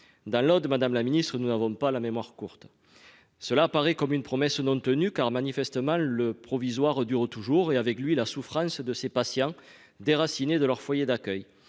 Dans l'Aude, madame la ministre, nous n'avons pas la mémoire courte ! Ces mots apparaissent comme une promesse non tenue, car, manifestement, le provisoire dure toujours, et avec lui la souffrance de ces patients déracinés de leur foyer d'accueil.